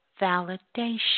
validation